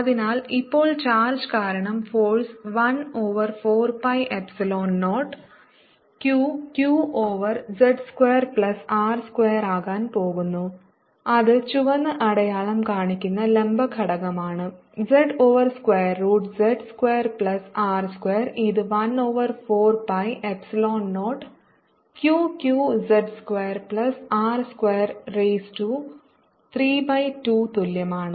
അതിനാൽ ഇപ്പോൾ ചാർജ്ജ് കാരണം force 1 over 4 pi epsilon 0 Q q over z square plus r സ്ക്വയറാകാൻ പോകുന്നു അത് ചുവന്ന അടയാളം കാണിക്കുന്ന ലംബ ഘടകമാണ് z over square root z square plus R square ഇത് 1 over 4 pi epsilon 0 Q q z square plus R square raise to 3 by 2 തുല്യമാണ്